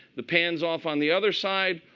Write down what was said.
the pan is off on the other side.